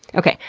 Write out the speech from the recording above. okay,